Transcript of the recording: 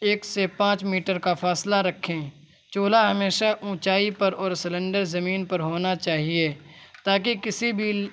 ایک سے پانچ میٹر کا فاصلہ رکھیں چولہا ہمیشہ اونچائی پر اور سلینڈر زمین پر ہونا چاہیے تاکہ کسی بھی